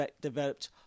developed